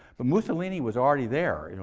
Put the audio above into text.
but mussolini was already there